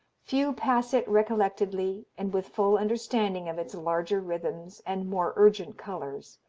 few pass it recollectedly and with full understanding of its larger rhythms and more urgent colors.